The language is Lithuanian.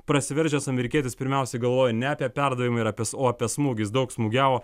prasiveržęs amerikietis pirmiausiai galvojo ne apie perdavimą ir apie o apie smūgius daug smūgiavo